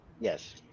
Yes